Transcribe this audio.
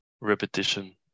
repetition